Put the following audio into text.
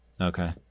Okay